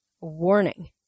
warning